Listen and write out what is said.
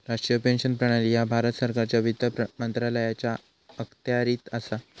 राष्ट्रीय पेन्शन प्रणाली ह्या भारत सरकारच्या वित्त मंत्रालयाच्या अखत्यारीत असा